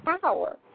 power